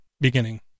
beginning